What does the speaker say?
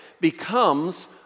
becomes